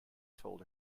told